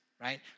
right